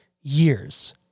years